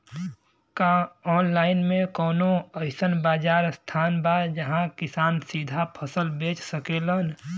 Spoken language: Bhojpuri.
का आनलाइन मे कौनो अइसन बाजार स्थान बा जहाँ किसान सीधा फसल बेच सकेलन?